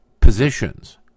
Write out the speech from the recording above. positions